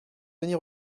denys